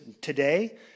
today